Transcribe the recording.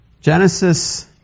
Genesis